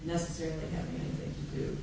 yeah yeah yeah